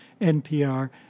NPR